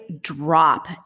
drop